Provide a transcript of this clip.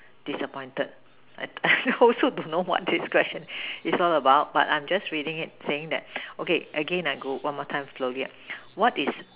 disappointed I don't I also don't know what this question is all about but I'm just reading it saying that okay again I go I say one more time slowly ah what is